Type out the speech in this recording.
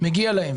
מגיע להן.